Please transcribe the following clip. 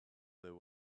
there